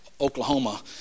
oklahoma